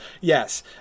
Yes